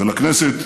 ולכנסת,